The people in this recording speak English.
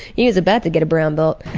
he was about to get a brown belt.